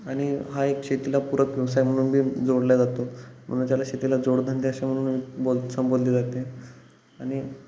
आणि हा एक शेतीला पूरक व्यवसाय म्हणून बी जोडला जातो म्हणून ज्याला शेतीला जोडधंदे असे म्हणून बोल संबोधले जाते आणि